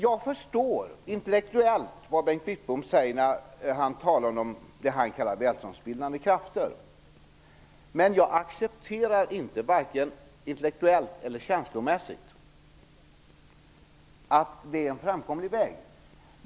Jag förstår intellektuellt vad Bengt Wittbom säger när han talar om det han kallar välståndsskapande krafter. Men jag accepterar inte -- vare sig intellektuellt eller känslomässigt -- att det skulle vara en framkomlig väg.